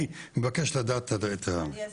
אני מבקש לדעת --- אני אשמח,